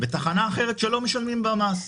ותחנה אחרת שלא משלמים בה מס.